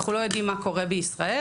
אנחנו לא יודעים מה קורה בישראל.